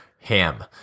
Ham